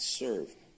serve